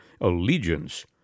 Allegiance